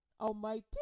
Almighty